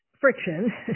friction